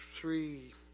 three